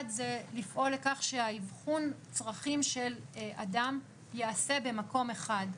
אחד זה לפעול לכך שהאבחון צרכים של אדם יעשה במקום אחד,